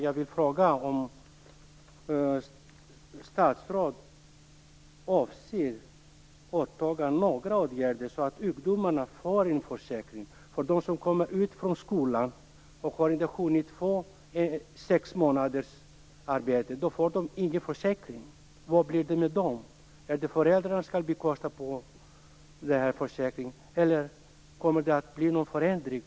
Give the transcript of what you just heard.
Jag vill bara fråga om statsrådet avser vidta några åtgärder så att ungdomarna får en försäkring. De ungdomar som kommer ut från skolan och inte har hunnit få sex månaders arbete får ingen försäkring. Vad händer med dem? Skall föräldrarna bekosta försäkringen? Eller kommer det att bli någon förändring?